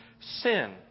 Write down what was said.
sin